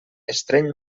estreny